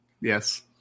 Yes